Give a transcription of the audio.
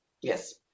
Yes